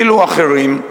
ואילו אחרים,